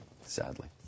sadly